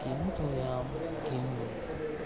किं त्वया किम्